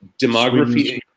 demography